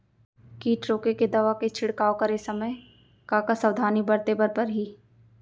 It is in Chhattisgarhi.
किट रोके के दवा के छिड़काव करे समय, का का सावधानी बरते बर परही?